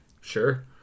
sure